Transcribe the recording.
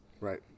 right